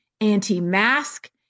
anti-mask